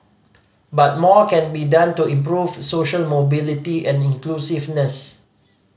but more can be done to improve social mobility and inclusiveness